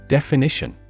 Definition